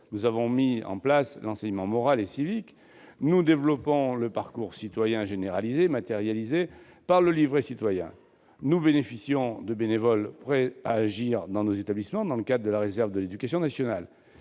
Nous avons mis en place l'enseignement moral et civique ; nous développons le parcours citoyen généralisé, matérialisé par le livret citoyen. Nous bénéficions de bénévoles prêts à agir dans nos établissements, dans le cadre de la réserve de l'éducation nationale.